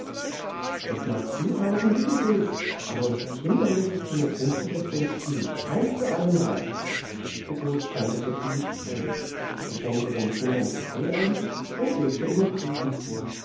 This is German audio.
das magst du halten wie du willst aber unsere kinder lässest du mir künftig aus dem spiel ein für allemal gebot tante sophie streng sie schenkte den kindern kaffee ein und legte ihnen kuchen vor